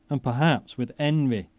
and perhaps with envy,